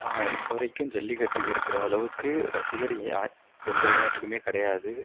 இப்போ வரைக்கும் ஜல்லிக்கட்டுக்கு இருக்கிற அளவுக்கு ரசிகர் எந்த விளையாட்டுக்குமே கிடையாது